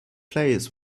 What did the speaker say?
plays